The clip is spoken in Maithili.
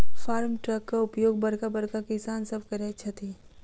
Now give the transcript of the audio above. फार्म ट्रकक उपयोग बड़का बड़का किसान सभ करैत छथि